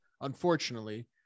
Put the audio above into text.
unfortunately